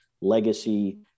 legacy